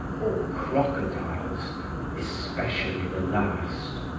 or crocodiles especially the last.